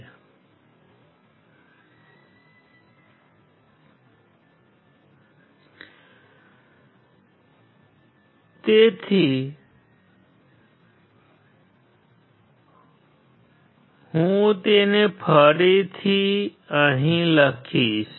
તેથી હું તેને ફરીથી અહીં લખીશ